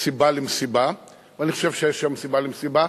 סיבה למסיבה, ואני חושב שיש היום סיבה למסיבה.